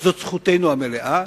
זכותנו המלאה,